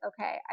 okay